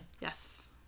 Yes